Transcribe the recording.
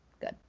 good